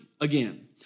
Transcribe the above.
again